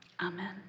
Amen